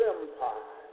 Empire